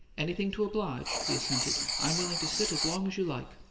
anything to oblige, he assented. i'm willing to sit as long as you like.